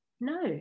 No